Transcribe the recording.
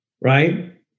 right